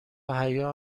حیا